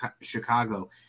Chicago